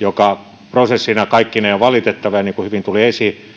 joka prosessina kaikkineen on valitettava ja niin kuin hyvin tuli esiin